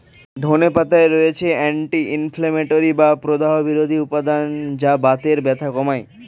ধনে পাতায় রয়েছে অ্যান্টি ইনফ্লেমেটরি বা প্রদাহ বিরোধী উপাদান যা বাতের ব্যথা কমায়